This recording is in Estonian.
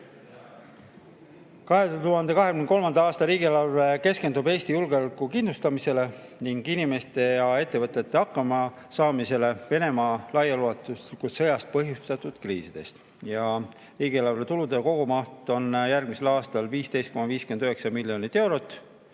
2023. aasta riigieelarve keskendub Eesti julgeoleku kindlustamisele ning inimeste ja ettevõtete hakkamasaamisele Venemaa laiaulatuslikust sõjast põhjustatud kriiside ajal. Riigieelarve tulude kogumaht on järgmisel aastal 15,59 [miljardit] eurot